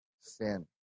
sin